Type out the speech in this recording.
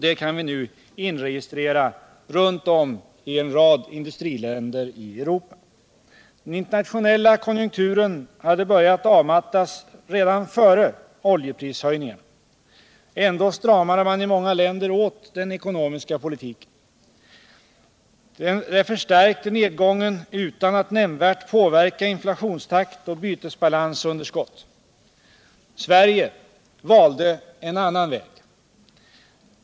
Det kan vi inregistrera i en rad industriländer i Europa. Den internationella konjunkturen hade börjat avmattas redan före oljeprishöjningarna. Ändå stramade man i många länder åt den ekonomiska politiken. Det förstärkte nedgången, utan att nämnvärt påverka inflationstakt och bytesbalansunderskott. Sverige valde en annan väg.